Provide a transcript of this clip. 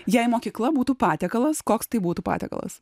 jei mokykla būtų patiekalas koks tai būtų patiekalas